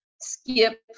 skip